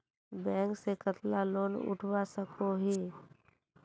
Bank से कतला loan उठवा सकोही?